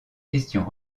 questions